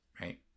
right